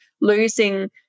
losing